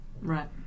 Right